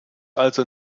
also